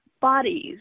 bodies